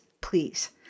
please